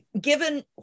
given